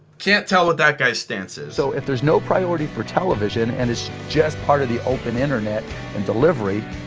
can't tell what that guy's stance is. so if there's no priority for television and it's just part of the open internet and delivery,